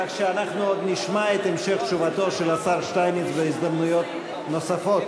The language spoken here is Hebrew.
כך שאנחנו עוד נשמע את המשך תשובתו של השר שטייניץ בהזדמנויות נוספות.